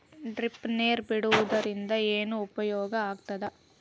Drip ನೇರ್ ಬಿಡುವುದರಿಂದ ಏನು ಉಪಯೋಗ ಆಗ್ತದ?